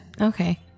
Okay